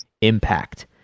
Impact